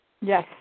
Yes